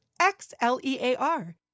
X-L-E-A-R